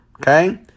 Okay